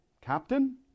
Captain